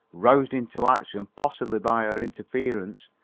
roused into action possibly by her interference,